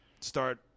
start –